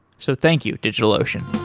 so thank you, digitalocean